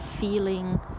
feeling